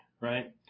right